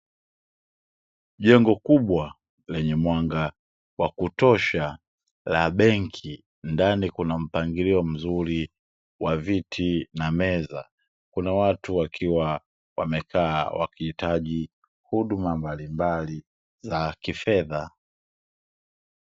Jengo kubwa lenye mwanga wa kutosha la benki, ndani kuna mpangilio mzuri wa viti na meza, kuna watu wakiwa wamekaa wakihitaji huduma mbalimbali za kifedha.